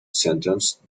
sentence